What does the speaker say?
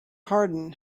hardin